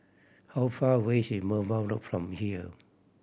how far away is Merbau Road from here